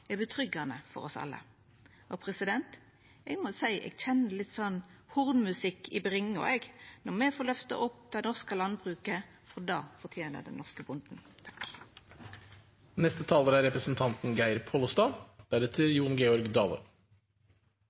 oss alle tryggleik. Eg kjenner litt hornmusikk i bringa når me får løfta fram det norske landbruket, for det fortener den norske bonden.